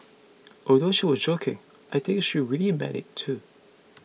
although she was joking I think she really meant it too